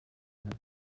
left